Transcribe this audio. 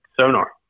sonar